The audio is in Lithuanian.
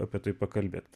apie tai pakalbėti